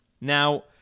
Now